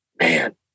man